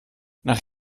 nach